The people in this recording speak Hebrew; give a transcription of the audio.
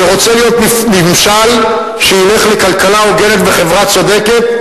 שרוצה להיות ממשל שילך לכלכלה הוגנת וחברה צודקת,